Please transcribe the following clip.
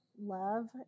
love